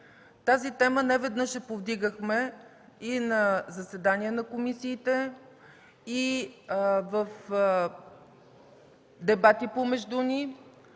Тази тема неведнъж я повдигахме и на заседание на комисиите, и в дебати помежду ни.